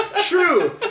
true